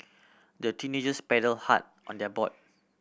the teenagers paddle hard on their boat